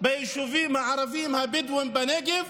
ביישובים הערביים הבדואיים בנגב,